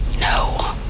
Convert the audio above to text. No